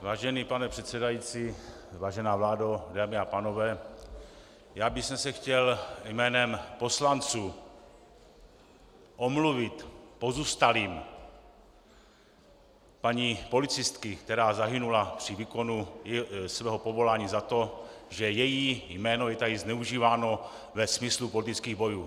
Vážený pane předsedající, vážená vládo, dámy a pánové, já bych se chtěl jménem poslanců omluvit pozůstalým paní policistky, která zahynula při výkonu svého povolání, za to, že její jméno je tady zneužíváno ve smyslu politických bojů.